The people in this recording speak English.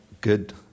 good